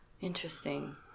Interesting